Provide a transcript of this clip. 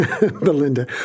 Belinda